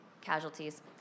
casualties